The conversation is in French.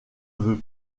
veut